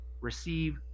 Receive